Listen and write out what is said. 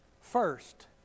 First